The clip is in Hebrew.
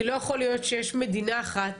כי לא יכול להיות שיש מדינה אחת